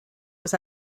was